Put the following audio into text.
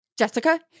Jessica